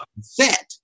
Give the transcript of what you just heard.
set